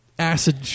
Acid